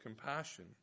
compassion